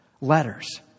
Letters